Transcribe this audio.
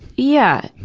yeah,